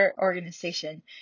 organization